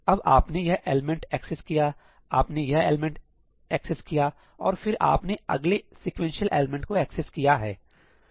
अब आपने यह एलमेंट एक्सेस किया है आपने यह एलमेंट एक्सेस किया है और फिर आपने अगले सीक्वेंशियल एलिमेंट को एक्सेस किया है